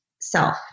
self